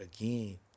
again